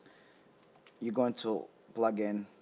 you're going to plug in